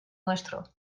nuestro